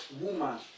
woman